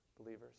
believers